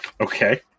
Okay